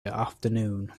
afternoon